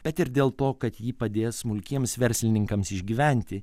bet ir dėl to kad ji padės smulkiems verslininkams išgyventi